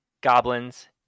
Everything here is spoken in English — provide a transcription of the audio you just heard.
goblins